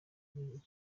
gihe